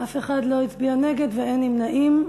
אף אחד לא הצביע נגד ואין נמנעים.